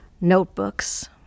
notebooks